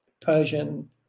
Persian